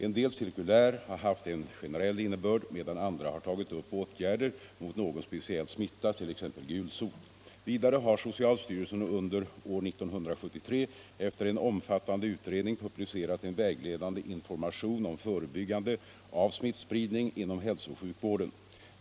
En del cirkulär har haft en generell innebörd, medan andra har tagit upp åtgärder mot någon speciell smitta, t.ex. gulsot. Vidare har socialstyrelsen under år 1973 efter en omfattande utredning publicerat en vägledande information om förebyggande av smittspridning inom hälsooch sjukvården.